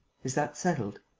is that settled?